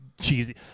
cheesy